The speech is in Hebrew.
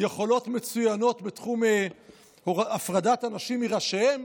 יכולות מצוינות בתחום הפרדת אנשים מראשיהם?